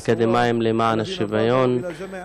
אקדמאים למען השוויון,